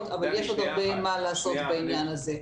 אבל יש עוד הרבה מה לעשות בעניין הזה.